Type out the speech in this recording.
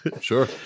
Sure